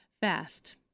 Fast